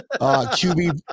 QB